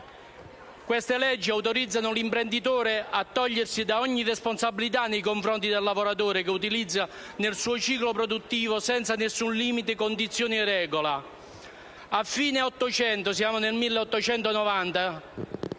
Queste leggi autorizzano l'imprenditore a togliersi ogni responsabilità nei confronti del lavoratore che utilizza nel suo ciclo produttivo, senza nessun limite, condizioni o regola.